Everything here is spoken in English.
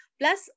Plus